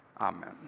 amen